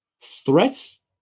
threats